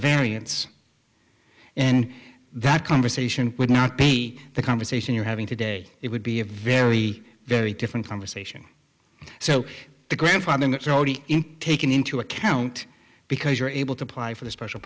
variance and that conversation would not be the conversation you're having today it would be a very very different conversation so the grandfathering that's already taken into account because you're able to apply for the special